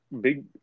big